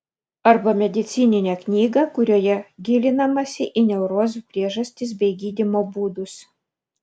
arba medicininę knygą kurioje gilinamasi į neurozių priežastis bei gydymo būdus